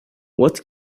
what